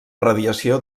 radiació